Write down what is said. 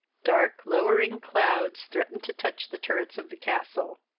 dark lowering clouds threatened to touch the turrets of the castle.